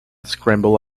scrambled